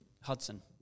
Hudson